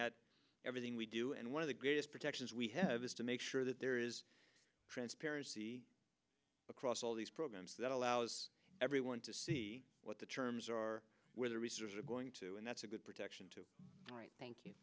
at everything we do and one of the greatest protections we have is to make sure that there is transparency across all these programs that allows everyone to see what the terms are or where the researchers are going to and that's a good protection to thank you